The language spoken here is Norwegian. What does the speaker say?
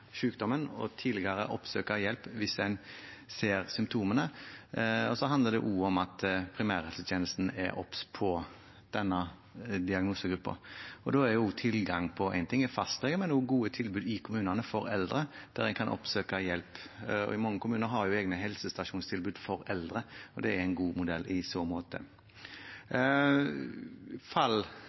sykdommen og tidligere oppsøke hjelp hvis de ser symptomene. Det handler også om at primærhelsetjenesten er obs på denne diagnosegruppen – én ting er fastlegen, men også at det er tilgang på gode tilbud for eldre i kommunene, der en kan oppsøke hjelp. Mange kommuner har også egne helsestasjonstilbud for eldre, og det er en god modell i så måte.